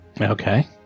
Okay